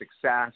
success